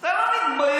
אתה לא מתבייש?